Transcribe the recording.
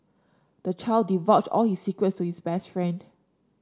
the child divulged all his secrets to his best friend